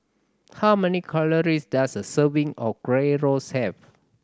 how many calories does a serving of Gyros have